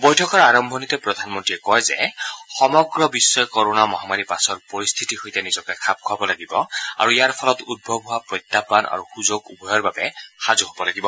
বৈঠকৰ আৰম্ভণিতে প্ৰধানমন্ত্ৰীয়ে কয় যে সমগ্ৰ বিশ্বই কৰ'না মহামাৰীৰ পাছৰ পৰিস্থিতিৰ সৈতে নিজকে খাপ খুৱাব লাগিব আৰু ইয়াৰ ফলত উদ্ভৱ হোৱা প্ৰত্যাহবান আৰু সুযোগ উভয়ৰ বাবে সাজু হ'ব লাগিব